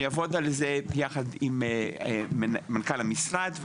אני אעבוד על זה יחד עם מנכ"ל המשרד.